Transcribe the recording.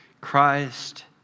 Christ